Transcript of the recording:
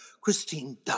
Christine